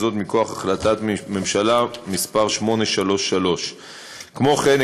וזאת מכוח החלטת ממשלה מס' 833. כמו כן,